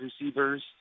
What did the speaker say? receivers